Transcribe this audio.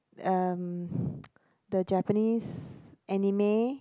umm the Japanese anime